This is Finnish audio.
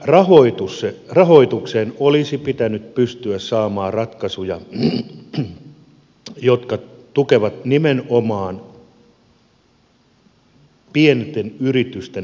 pk sektorin rahoitukseen olisi pitänyt pystyä saamaan ratkaisuja jotka tukevat nimenomaan pienten yritysten kasvuhakuisuutta